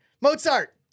Mozart